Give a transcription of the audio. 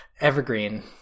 Evergreen